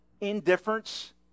indifference